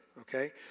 okay